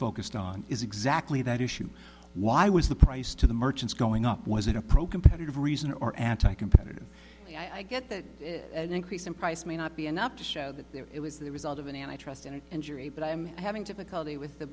focused on is exactly that issue why was the price to the merchants going up was it a program pattern of reason or anti competitive i get that an increase in price may not be enough to show that it was the result of an antitrust and an injury but i'm having difficulty with th